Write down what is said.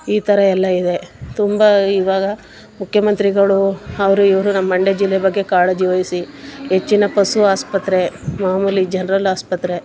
ಈ ಥರ ಎಲ್ಲ ಇದೆ ತುಂಬ ಇವಾಗ ಮುಖ್ಯಮಂತ್ರಿಗಳು ಅವರು ಇವರು ನಮ್ಮ ಮಂಡ್ಯ ಜಿಲ್ಲೆ ಬಗ್ಗೆ ಕಾಳಜಿವಹಿಸಿ ಹೆಚ್ಚಿನ ಪಶು ಆಸ್ಪತ್ರೆ ಮಾಮೂಲಿ ಜನ್ರಲ್ ಆಸ್ಪತ್ರೆ